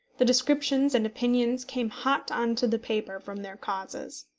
the descriptions and opinions came hot on to the paper from their causes.